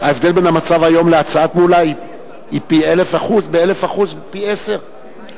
ההבדל בין המצב היום להצעת מולה היא פי 1,000%. 1,000% פי עשרה.